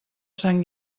sant